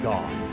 God